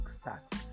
start